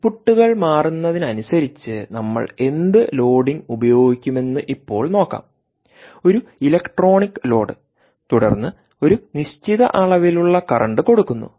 input മാറുന്നതിനനുസരിച്ച് നമ്മൾ എന്ത് ലോഡിംഗ് ഉപയോഗിക്കുമെന്ന് ഇപ്പോൾ നോക്കാംഒരു ഇലക്ട്രോണിക് ലോഡ് തുടർന്ന് ഒരു നിശ്ചിത അളവിലുള്ള കറന്റ് കൊടുക്കുന്നു